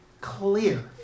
clear